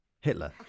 Hitler